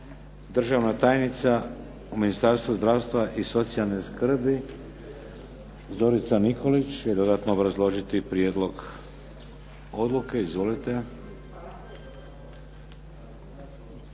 Državna tajnica u Ministarstvu zdravstva i socijalne skrbi Dorica Nikolić će dodatno obrazložiti prijedlog odluke. Hvala.